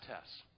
tests